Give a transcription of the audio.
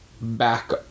back